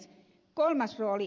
kolmas rooli